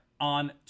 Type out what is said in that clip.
on